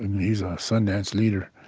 and he's a sun dance leader,